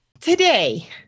Today